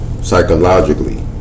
Psychologically